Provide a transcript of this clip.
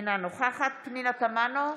אינה נוכחת פנינה תמנו,